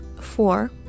four